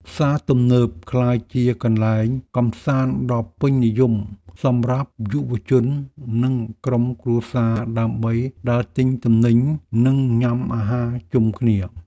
ផ្សារទំនើបក្លាយជាកន្លែងកម្សាន្តដ៏ពេញនិយមសម្រាប់យុវជន និងក្រុមគ្រួសារដើម្បីដើរទិញទំនិញ និងញ៉ាំអាហារជុំគ្នា។